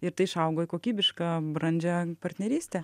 ir tai išaugo į kokybišką brandžią partnerystę